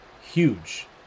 huge